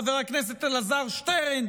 חבר הכנסת אלעזר שטרן,